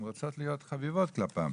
הן רוצות להיות חביבות כלפיו.